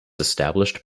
established